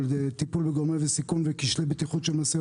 טיפול וגורמי וסיכון וכשלי בטיחות של משאיות,